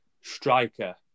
striker